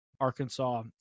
Arkansas